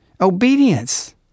Obedience